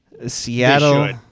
Seattle